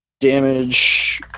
damage